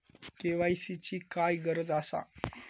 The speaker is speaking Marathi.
के.वाय.सी ची काय गरज आसा?